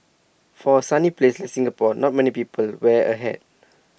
for A sunny place like Singapore not many people wear A hat